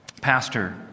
pastor